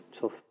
tough